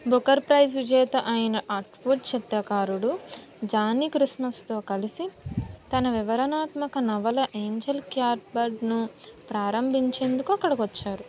Booker prize విజేత అయిన Atwood చిత్రకారుడు జానీ క్రిస్మస్తో కలిసి తన వివరణాత్మక నవల ఏంజెల్ క్యాట్బర్డ్ను ప్రారంభించేందుకు అక్కడికి వచ్చారు